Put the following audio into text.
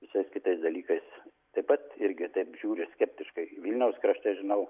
visais kitais dalykais taip pat irgi taip žiūri skeptiškai vilniaus krašte žinau